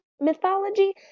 mythology